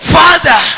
father